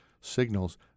signals